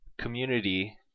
community